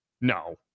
no